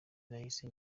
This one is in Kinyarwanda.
nahise